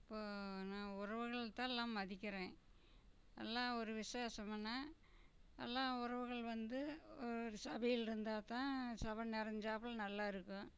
இப்போது நான் உறவுகளை தான் எல்லாம் மதிக்கிறேன் எல்லாம் ஒரு விசேஷமுன்னால் எல்லாம் உறவுகள் வந்து ஒரு சபையில் இருந்தால் தான் சபை நிறைஞ்சாப்புல நல்லா இருக்கும்